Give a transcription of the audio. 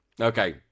Okay